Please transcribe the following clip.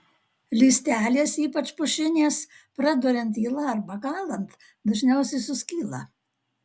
lystelės ypač pušinės praduriant yla arba kalant dažniausiai suskyla